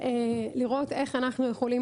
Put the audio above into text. ולראות איך אנחנו יכולים,